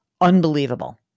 unbelievable